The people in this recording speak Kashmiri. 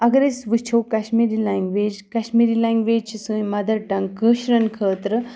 اگر أسۍ وٕچھو کشمیٖری لٮ۪نٛگویج کشمیٖری لٮ۪نٛگویج چھِ سٲنۍ مَدَر ٹنٛگ کٲشرٮ۪ن خٲطرٕ